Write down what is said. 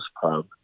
Pub